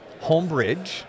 Homebridge